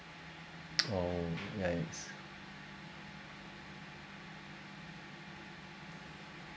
oh yeah it's